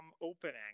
opening